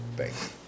Thanks